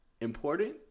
important